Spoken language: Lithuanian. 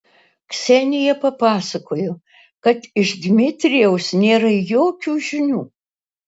ksenija papasakojo kad iš dmitrijaus nėra jokių žinių